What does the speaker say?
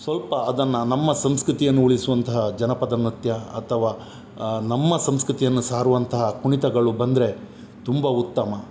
ಸ್ವಲ್ಪ ಅದನ್ನು ನಮ್ಮ ಸಂಸ್ಕೃತಿಯನ್ನು ಉಳಿಸುವಂತಹ ಜನಪದ ನೃತ್ಯ ಅಥವಾ ನಮ್ಮ ಸಂಸ್ಕೃತಿಯನ್ನು ಸಾರುವಂತಹ ಕುಣಿತಗಳು ಬಂದರೆ ತುಂಬ ಉತ್ತಮ